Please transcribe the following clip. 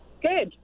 Good